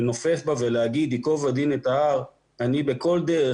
לנופף בה ולהגיד ייקוב הדין את ההר אבל אני בכל דרך,